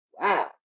Wow